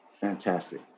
Fantastic